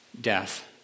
death